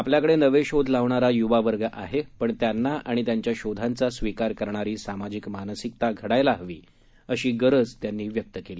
आपल्याकडे नवे शोध लावणारा युवा वर्ग आहे पण त्यांना आणि त्यांच्या शोधांचा स्वीकार करणारी सामाजिक मानसिकता घडायला हवी अशी गरजही त्यांनी व्यक्त केली